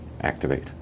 activate